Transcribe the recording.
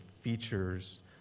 features